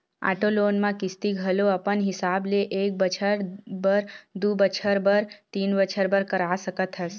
auto loan म किस्ती घलो अपन हिसाब ले एक बछर बर, दू बछर बर, तीन बछर बर करा सकत हस